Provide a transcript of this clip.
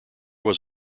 was